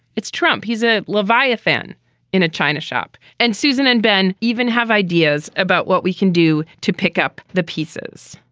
it's trump. he's a leviathan in a china shop. and susan and ben even have ideas about what we can do to pick up the pieces.